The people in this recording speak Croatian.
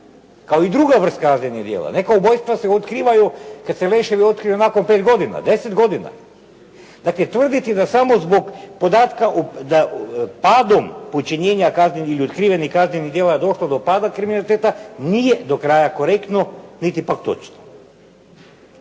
kao i druga vrsta kaznenih djela. Neka ubojstva se otkrivaju kada se leševi otkriju nakon 5 godina, 10 godina. Dakle, tvrditi da samo zbog pada počinjenja kaznenih ili otkrivenih kaznenih djela je došlo do pada kriminaliteta, nije do kraj korektno niti pak točno.